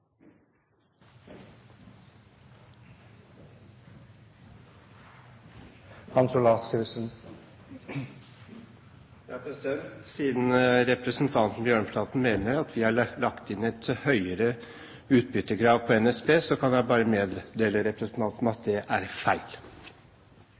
Hans Olav Syversen får ordet. Siden representanten Bjørnflaten mener at vi har lagt inn et høyere utbyttekrav på NSB, kan jeg bare meddele representanten at